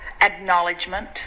acknowledgement